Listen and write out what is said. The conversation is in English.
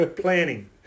planning